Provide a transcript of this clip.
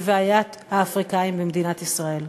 בבעיית האפריקנים במדינת ישראל.